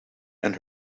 and